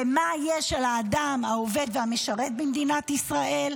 ומה יש לאדם העובד והמשרת במדינת ישראל?